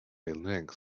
linux